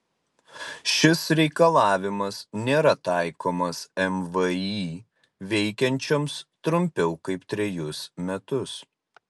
šis reikalavimas nėra taikomas mvį veikiančioms trumpiau kaip trejus metus